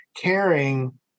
Caring